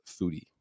foodie